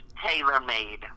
tailor-made